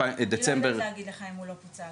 אני לא יכולה להגיד לך אם הוא לא פוצל,